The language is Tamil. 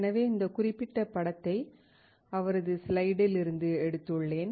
எனவே இந்த குறிப்பிட்ட படத்தை அவரது ஸ்லைடில் இருந்து எடுத்துள்ளேன்